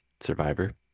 Survivor